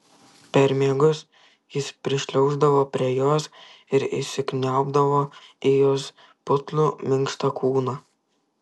per miegus jis prišliauždavo prie jos ir įsikniaubdavo į jos putlų minkštą kūną